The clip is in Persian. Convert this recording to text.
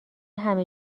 همه